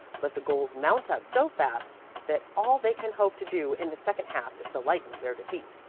let the goals mount up so fast that all they can hope to do in the second half is to lighten their defeat.